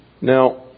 Now